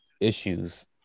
issues